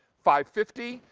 five fifty,